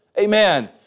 Amen